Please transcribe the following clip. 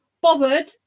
bothered